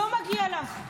לא מגיע לך.